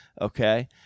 okay